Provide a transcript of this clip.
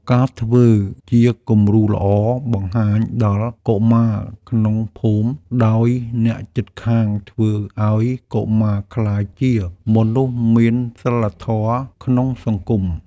ការធ្វើជាគំរូល្អបង្ហាញដល់កុមារក្នុងភូមិ ដោយអ្នកជិតខាងធ្វើឱ្យកុមារក្លាយជាមនុស្សមានសីលធម៌ក្នុងសង្គម។